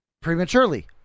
prematurely